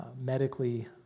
medically